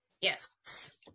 Yes